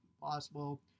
possible